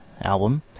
album